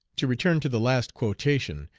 to return to the last quotation.